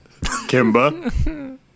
Kimba